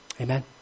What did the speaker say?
Amen